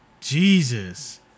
Jesus